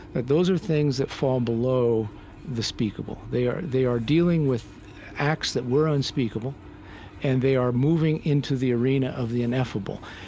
that those are things that fall below the speakable. they are they are dealing with acts that were unspeakable and they are moving into the arena of the ineffable.